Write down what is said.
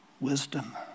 wisdom